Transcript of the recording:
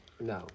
No